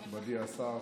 מכובדי השר,